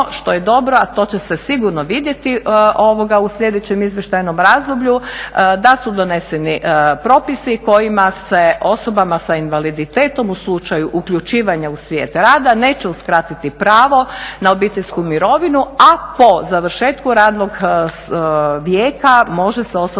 što je dobro, a to će se sigurno vidjeti u sljedećem izvještajnom razdoblju da su doneseni propisi kojima se osobama sa invaliditetom u slučaju uključivanja u svijet rada neće uskratiti pravo na obiteljsku mirovinu, a po završetku radnog vijeka može se osoba